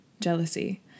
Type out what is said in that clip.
jealousy